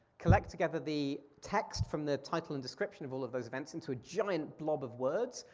collect together the text from the title and description of all of those events into a giant blob of words,